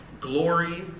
glory